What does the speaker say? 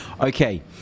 okay